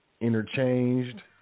interchanged